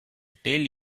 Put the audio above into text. tell